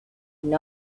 sword